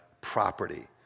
property